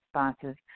responses